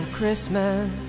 Christmas